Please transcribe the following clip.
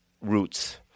Roots